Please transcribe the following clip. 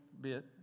bit